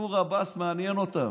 מנסור עבאס מעניין אותם,